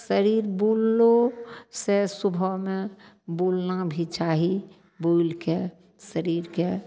शरीर बुललो सँ सुबहमे बुलना भी चाही बुलिके शरीरके